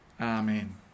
Amen